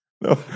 no